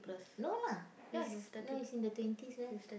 no lah he's now he's in the twenties right